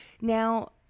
Now